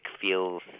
feels